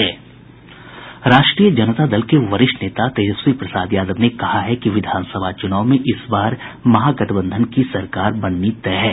राष्ट्रीय जनता दल के वरिष्ठ नेता तेजस्वी प्रसाद यादव ने कहा है कि विधानसभा चुनाव में इस बार महागठबंधन की सरकार बननी तय है